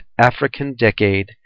africandecade